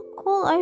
cool